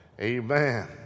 Amen